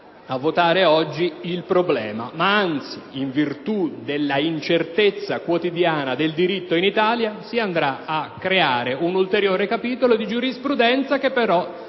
a votare oggi, il problema. Anzi, in virtù dell'incertezza quotidiana del diritto in Italia, si andrà a creare un ulteriore capitolo di giurisprudenza, che però